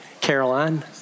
Caroline